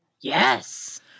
Yes